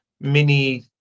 mini